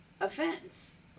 offense